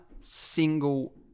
single